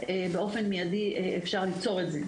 באופן מידיי אפשר ליצור אותה בעניין הציוד,